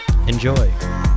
Enjoy